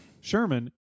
Sherman